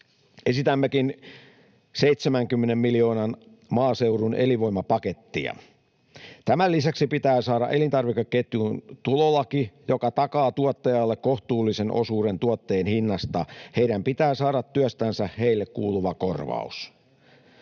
Esitämmekin 70 miljoonan maaseudun elinvoima ‑pakettia. Tämän lisäksi pitää saada elintarvikeketjuun tulolaki, joka takaa tuottajalle kohtuullisen osuuden tuotteen hinnasta. Heidän pitää saada työstänsä heille kuuluva korvaus.